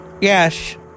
Yes